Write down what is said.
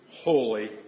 holy